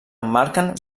emmarquen